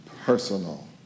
personal